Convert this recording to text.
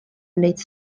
wneud